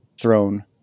throne